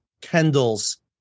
Kendall's